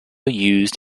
used